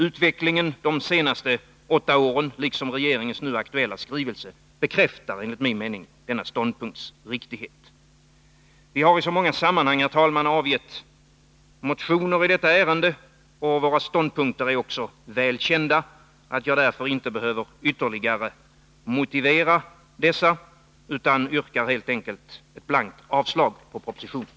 Utvecklingen de senaste åtta åren, liksom regeringens nu aktuella skrivelse, bekräftar enligt min mening denna ståndpunkts riktighet. Vi har, herr talman, i så många sammanhang avgett motioner i detta ärende. Våra ståndpunkter är också väl kända. Därför behöver jag inte ytterligare motivera dessa, utan yrkar blankt avslag på propositionen.